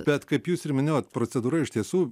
bet kaip jūs ir minėjot procedūra iš tiesų